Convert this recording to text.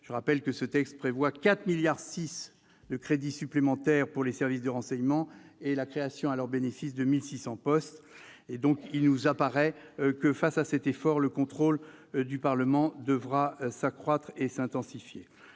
Je rappelle que ce texte prévoit 4,6 milliards d'euros de crédits supplémentaires pour les services de renseignement et la création à leur bénéfice de 1 600 postes. Face à cet effort, il nous apparaît que le contrôle du Parlement devra s'accroître et s'intensifier.